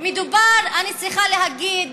אני צריכה להגיד: